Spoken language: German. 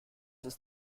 ist